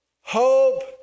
Hope